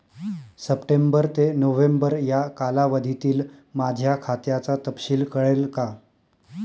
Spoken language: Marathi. सप्टेंबर ते नोव्हेंबर या कालावधीतील माझ्या खात्याचा तपशील कळेल का?